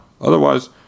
Otherwise